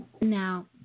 Now